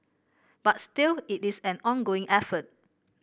but still it is an ongoing effort